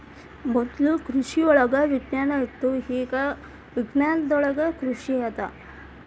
ಮೊದ್ಲು ಕೃಷಿವಳಗ ವಿಜ್ಞಾನ ಇತ್ತು ಇಗಾ ವಿಜ್ಞಾನದೊಳಗ ಕೃಷಿ ಅದ